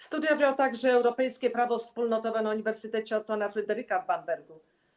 Studiował także europejskie prawo wspólnotowe na Uniwersytecie Ottona i Fryderyka w Bambergu.